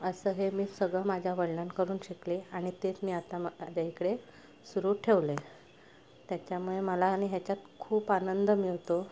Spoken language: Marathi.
असं हे मी सगळं माझ्या वडिलांकडून शिकले आणि तेच मी आता माझ्या इकडे सुरू ठेवलं आहे त्याच्यामुळे मला आणि ह्याच्यात खूप आनंद मिळतो